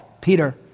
Peter